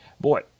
boy